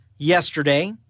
Yesterday